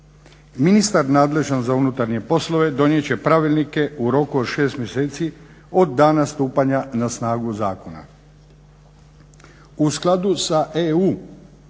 Ministar nadležan za unutarnje poslove donijet će pravilnike u roku od 6 mjeseci od dana stupanja na snagu zakona.